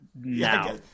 now